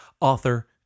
Author